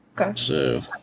Okay